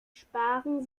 sparen